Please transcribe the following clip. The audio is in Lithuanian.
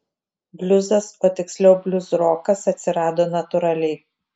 bliuzas o tiksliau bliuzrokas atsirado natūraliai